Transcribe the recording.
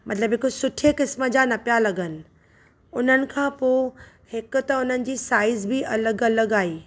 मतिलब हिक सुठे क़िसम जा न पिया लॻनि हुननि खां पो हिक ते हुननि जी साईज़ बि अलॻि अलॻि आई